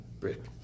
brick